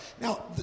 Now